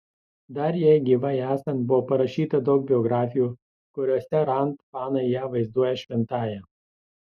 dar jai gyvai esant buvo parašyta daug biografijų kuriose rand fanai ją vaizduoja šventąja